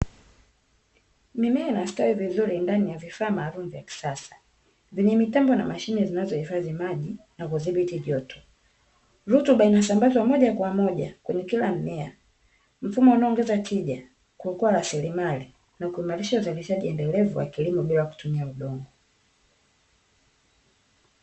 Mimea inastawi vizuri ndani ya vifaa maalumu vya kisasa, vyenye mitambo na mashine zinazohifadhi maji na kudhibiti joto. Rutuba inasambazwa moja kwa moja kwenye kila mmea; mfumo unaoongeza tija, kuokoa rasilimali na kuimarisha uzalishaji endelevu wa kilimo bila kutumia udongo.